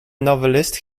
novelist